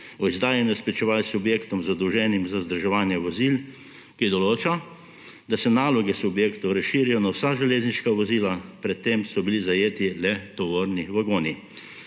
izdajanja spričeval subjektom, zadolženim za vzdrževanje vozil, ki določa, da se naloge subjektov razširijo na vsa železniška vozila, pred tem so bili zajeti le tovorni vagoni.